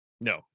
No